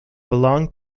belonged